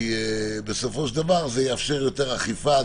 כי בסופו של דבר זה יאפשר יותר אכיפה,